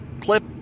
Clip